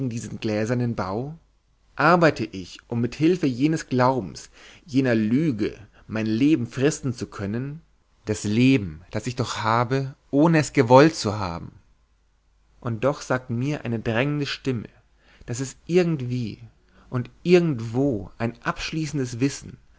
diesen gläsernen bau arbeite ich um mit hilfe jenes glaubens jener lüge mein leben fristen zu können das leben das ich doch habe ohne es gewollt zu haben und doch sagt mir eine drängende stimme daß es irgendwie und irgendwo ein abschließendes wissen